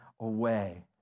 away